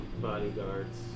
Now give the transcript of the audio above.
bodyguards